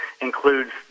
includes